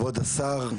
כבוד השר,